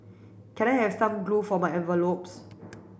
can I have some glue for my envelopes